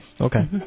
Okay